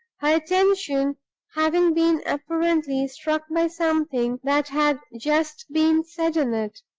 her attention having been apparently struck by something that had just been said in it.